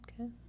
Okay